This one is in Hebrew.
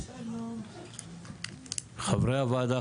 חברי הוועדה,